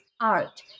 art